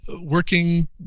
working